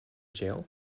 jail